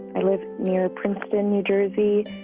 i live near princeton, new jersey.